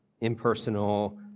impersonal